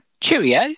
Cheerio